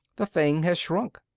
the thing has shrunk.